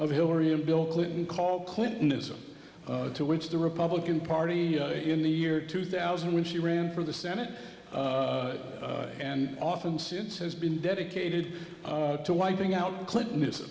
of hillary and bill clinton call clintonism to which the republican party in the year two thousand when she ran for the senate and often since has been dedicated to wiping out clinton